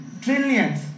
trillions